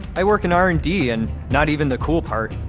i work in r and d, and not even the cool part.